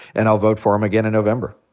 and i'll vote for him again in november.